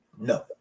no